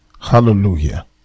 Hallelujah